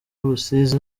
rusizi